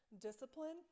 discipline